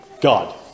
God